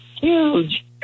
huge